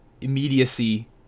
immediacy